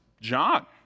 John